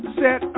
set